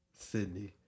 Sydney